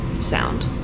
sound